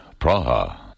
Praha